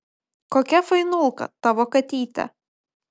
kokia fainulka tavo katytė